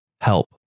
help